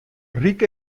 ryk